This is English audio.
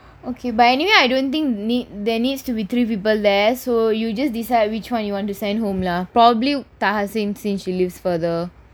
but anyway I don't think need there needs to be three people so you just decide which [one] you want to send home lah probably taha singh since she lives further